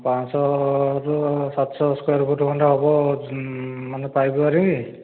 ପାଞ୍ଚ ଶହ ସାତଶହ ସ୍କୋୟାର ଖଣ୍ଡେ ହେବ ମାନେ ପାଇପ୍ ୱାଆରିଂ